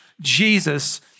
Jesus